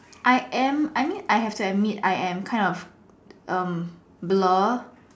I am I mean I have to admit I am kind of um blur